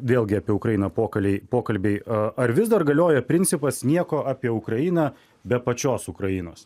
vėlgi apie ukrainą pokaliai pokalbiai ar vis dar galioja principas nieko apie ukrainą be pačios ukrainos